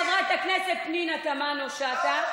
חברת הכנסת פנינה תמנו-שטה,